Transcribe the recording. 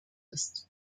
ist